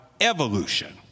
evolution